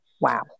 Wow